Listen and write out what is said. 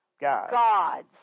God's